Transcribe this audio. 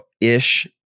ish